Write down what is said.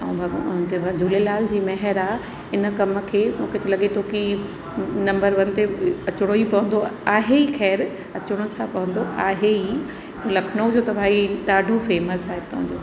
ऐं भग उन ते झूलेलाल जी मेहर आहे इन कम खे मूंखे त लॻे थो की नंबर वन ते अचिणो ई पवंदो आहे ख़ैरु अचिणो छा पवंदो आहे ई लखनऊ जो त भाई ॾाढो फेमस आहे हितों जो